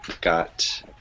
got